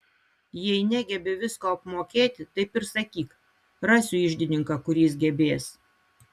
jei negebi visko apmokėti taip ir sakyk rasiu iždininką kuris gebės